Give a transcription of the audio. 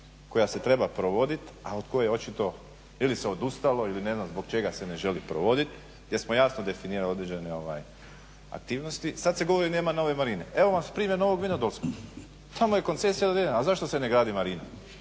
koja se treba provoditi, a od koje očito ili se odustalo ili ne znam zbog čega se ne želi provodit, gdje smo jasno definirali određene aktivnosti, sad se govori nema nove marine. Evo vam primjer Novog Vinodolskog, samo je koncesija određena, zašto se ne gradi marina,